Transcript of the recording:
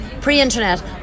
pre-internet